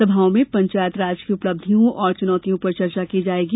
सभाओं में पंचायत राज की उपलब्धियों और चुनौतियों पर चर्चा की जाएगी